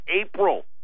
April